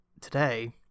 today